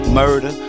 murder